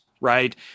right